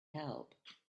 help